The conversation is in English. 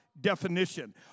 definition